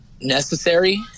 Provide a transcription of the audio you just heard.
necessary